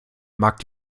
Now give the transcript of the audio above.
mag